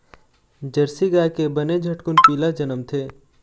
Jersey गाय के बने झटकुन पिला जनमथे